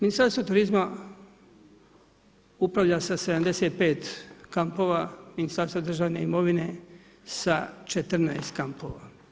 Ministarstvo turizma upravlja sa 75 kampova, Ministarstvo državne imovine sa 14 kampova.